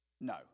No